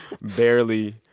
barely